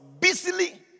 busily